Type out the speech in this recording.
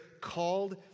called